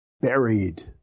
buried